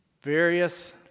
various